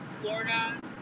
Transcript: Florida